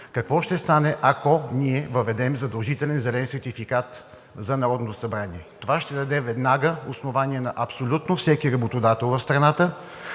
Какво ще стане, ако ние въведем задължителен зелен сертификат за Народното събрание? Това ще даде веднага основание на абсолютно всеки работодател в страната,